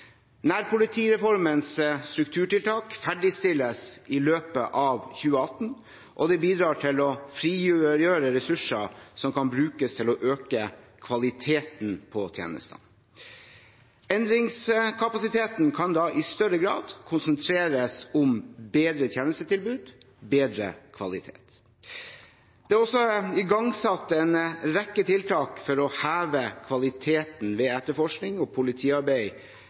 Nærpolitireformens strukturtiltak ferdigstilles i løpet av 2018, og det bidrar til å frigjøre ressurser som kan brukes til å øke kvaliteten på tjenestene. Endringskapasiteten kan da i større grad konsentreres om bedre tjenestetilbud og bedre kvalitet. Det er også igangsatt en rekke tiltak for å heve kvaliteten på etterforskning og politiarbeid